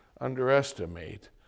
underestimate